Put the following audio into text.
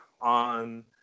on